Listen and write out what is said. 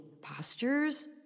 postures